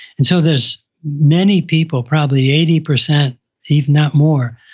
and so there's many people, probably eighty percent if not more,